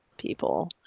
people